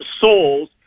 souls